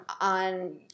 on –